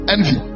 Envy